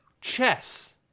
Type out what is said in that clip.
chess